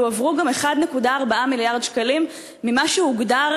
אבל הועברו גם 1.4 מיליארד שקלים ממה שהוגדר